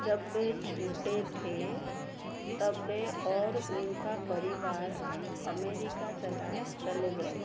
जब वे छोटे थे तब वे और उनका परिवार अमेरिका चला चले गए